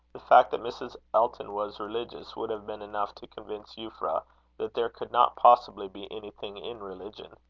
the fact that mrs. elton was religious would have been enough to convince euphra that there could not possibly be anything in religion.